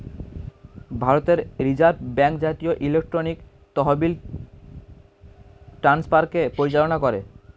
ভারতের reserve bank জাতীয় electronic তহবিল ট্রান্সফারকে পরিচালনা করে